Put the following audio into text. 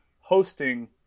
hosting